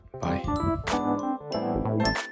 Bye